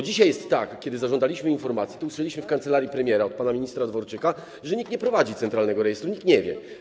Dzisiaj jest tak, że kiedy zażądaliśmy informacji, to usłyszeliśmy w kancelarii premiera od pana ministra Dworczyka, że nikt nie prowadzi centralnego rejestru, nikt nic nie wie.